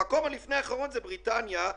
המקום הלפני אחרון זה בריטניה.